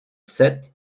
sept